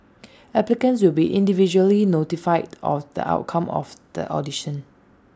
applicants will be individually notified on the outcome of the audition